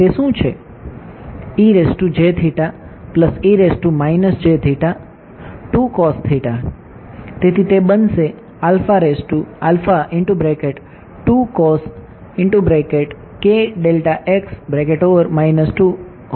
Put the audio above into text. તેથી તે બનશે